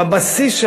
בבסיס,